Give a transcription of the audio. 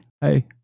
hey